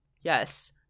Yes